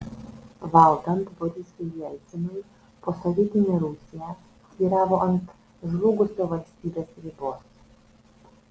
valdant borisui jelcinui posovietinė rusija svyravo ant žlugusio valstybės ribos